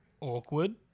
Awkward